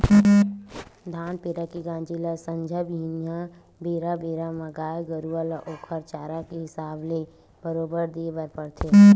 धान पेरा के गांजे ल संझा बिहनियां बेरा बेरा म गाय गरुवा ल ओखर चारा के हिसाब ले बरोबर देय बर परथे